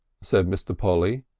said mr. polly.